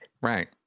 Right